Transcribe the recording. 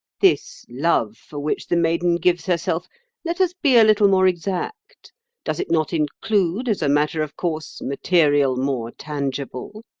this love for which the maiden gives herself let us be a little more exact does it not include, as a matter of course, material more tangible?